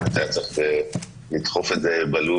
באמת היה צריך לדחוף את זה בלו"ז,